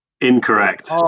Incorrect